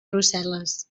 brussel·les